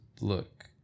look